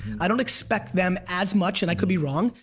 i don't expect them as much, and i could be wrong,